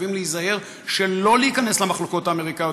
חייבים להיזהר שלא להיכנס למחלוקות האמריקניות